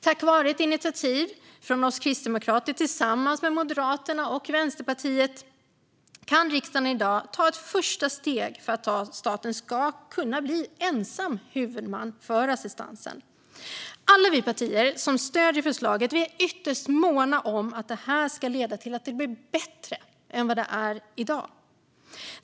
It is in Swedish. Tack vare ett initiativ från oss kristdemokrater tillsammans med Moderaterna och Vänsterpartiet kan riksdagen i dag ta ett första steg för att staten ska kunna bli ensam huvudman för assistansen. Alla vi partier som stöder förslaget är ytterst måna om att detta ska leda till att det blir bättre än vad det är i dag.